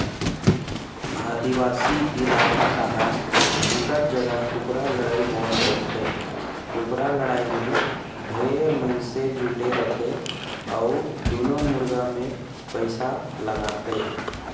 आदिवासी इलाका डाहर बिकट जघा कुकरा लड़ई होवत रहिथे, कुकरा लड़ाई में ढेरे मइनसे जुटे रथे अउ दूनों मुरगा मे पइसा लगाथे